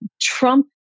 Trump